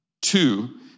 two